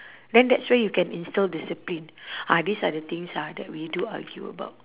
then that's where you can instil discipline ah these are the things ah that we do argue about